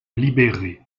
libéré